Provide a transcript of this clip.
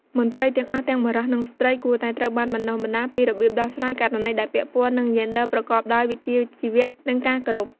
មន្ត្រីទាំងអស់ ទាំងបុរស និងស្ត្រី គួរតែត្រូវបានបណ្ដុះបណ្ដាលពី របៀបដោះស្រាយករណីដែលពាក់ព័ន្ធនឹងយេនឌ័រប្រកបដោយវិជ្ជាជីវៈ និងការគោរព។